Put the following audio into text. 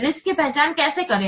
risk की पहचान कैसे करें